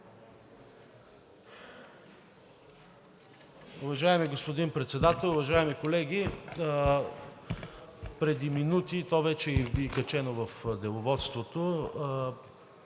Уважаеми господин Председател, уважаеми колеги! Преди минути, и то вече е качено и в Деловодството,